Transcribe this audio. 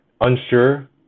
unsure